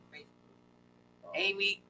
amy